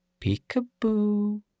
Peekaboo